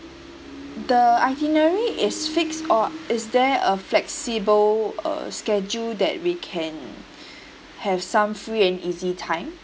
the itinerary is fixed or is there a flexible uh schedule that we can have some free and easy time